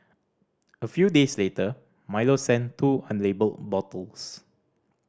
a few days later Milo sent two unlabelled bottles